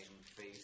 face